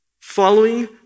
following